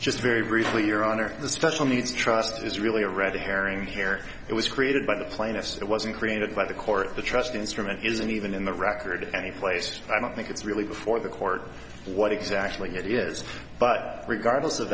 just very briefly your honor the special needs trust is really a red herring here it was created by the plaintiffs it wasn't created by the court the trust instrument isn't even in the record anyplace i don't think it's really before the court what exactly it is but regardless of